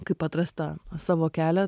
kaip atrast tą savo kelią